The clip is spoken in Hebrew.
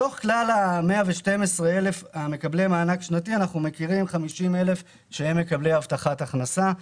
מתוך כלל 112,000 מקבלי המענק השנתי 50,000 הם מקבלי הבטחת הכנסה.